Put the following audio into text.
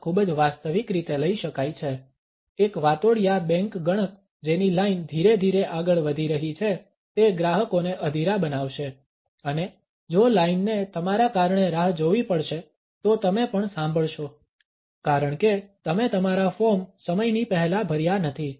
માં ખૂબ જ વાસ્તવિક રીતે લઈ શકાય છે એક વાતોડિયા બેંક ગણક જેની લાઇન ધીરે ધીરે આગળ વધી રહી છે તે ગ્રાહકોને અધીરા બનાવશે અને જો લાઇનને તમારા કારણે રાહ જોવી પડશે તો તમે પણ સાંભળશો કારણ કે તમે તમારા ફોર્મ સમય ની પહેલા ભર્યા નથી